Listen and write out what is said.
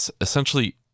essentially